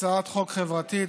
זו הצעת חוק חברתית,